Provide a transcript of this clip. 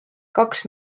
kaks